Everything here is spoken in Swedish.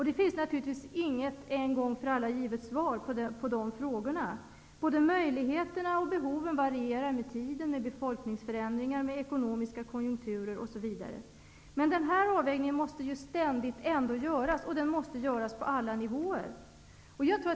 Det finns naturligtvis inget en gång för alla givet svar på denna fråga. Båda möjligheterna och behoven varierar med tiden, befolkningsförändringar, ekonomiska konjunkturer osv. Men den här avvägningen måste ändå ständigt göras, och den måste göras på alla nivåer.